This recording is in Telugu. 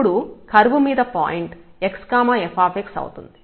ఇప్పుడు కర్వ్ మీద పాయింట్ x f అవుతుంది